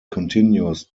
continues